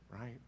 right